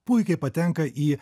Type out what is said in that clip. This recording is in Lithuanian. puikiai patenka į